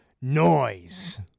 noise